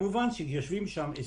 אני מאמין שהם יקבלו,